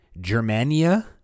Germania